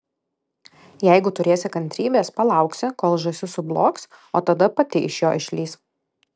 jeigu turėsi kantrybės palauksi kol žąsis sublogs o tada pati iš jo išlįs